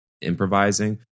improvising